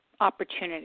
Opportunity